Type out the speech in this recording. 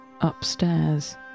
Upstairs